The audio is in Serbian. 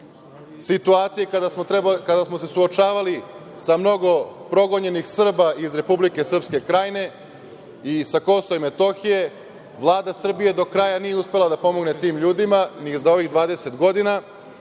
situacije kada smo se suočavali sa mnogo progonjenih Srba iz Republike Srpske Krajine i sa Kosova i Metohije. Vlada Srbije do kraja nije uspela da pomogne tim ljudima ni za ovih 20 godina.